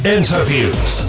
Interviews